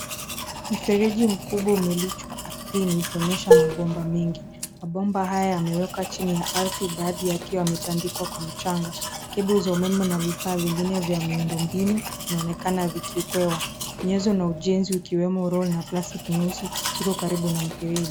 Mfereji mkubwa umelichwa ardhini ukionyesha mabomba mengi. Mabomba haya yamewekwa chini ya ardhi baadhi yakiwa yametandikwa kwa mchanga. Cable za umeme na vifaa vingine vya miundo mbinu vinaonekana vikikwewa. Nyuzo na ujenzi ukiwemo roll na plastiki nyeusi ziko karibu na mfereji.